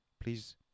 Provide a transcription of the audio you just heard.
Please